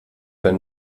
wenn